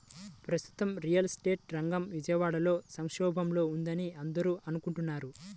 ప్రస్తుతం real estate రంగం విజయవాడలో సంక్షోభంలో ఉందని అందరూ అనుకుంటున్నారు